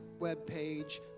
webpage